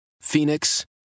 Phoenix